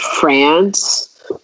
France